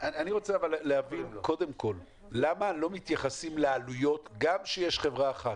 אני רוצה להבין קודם כול למה לא מתייחסים לעלויות גם כשיש חברה אחת.